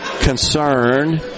concern